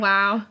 Wow